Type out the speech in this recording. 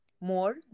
more